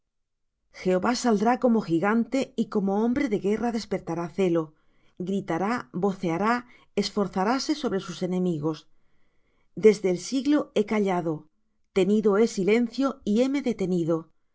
jehová saldrá como gigante y como hombre de guerra despertará celo gritará voceará esforzaráse sobre sus enemigos desde el siglo he callado tenido he silencio y heme detenido